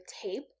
tape